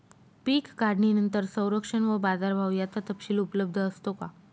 पीक काढणीनंतर संरक्षण व बाजारभाव याचा तपशील उपलब्ध असतो का?